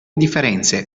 differenze